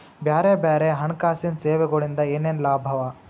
ಬ್ಯಾರೆ ಬ್ಯಾರೆ ಹಣ್ಕಾಸಿನ್ ಸೆವೆಗೊಳಿಂದಾ ಏನೇನ್ ಲಾಭವ?